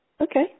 okay